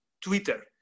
Twitter